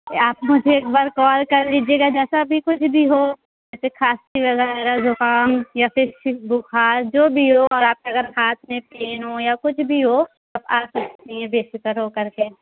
آپ مجھے ایک بار کال کر لیجیے گا جیسا بھی کچھ بھی ہو جیسے کھانسی وغیرہ زکام یا پھر صرف بخار جو بھی ہو اگر آپ اگر ہاتھ میں پین ہو یا کچھ بھی ہو تو آپ پوچھ لیجیے بے فکر ہو کر کے